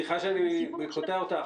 סליחה שאני קוטע אותך,